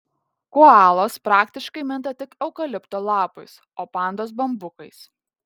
koalos praktiškai minta tik eukalipto lapais o pandos bambukais